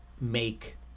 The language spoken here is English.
make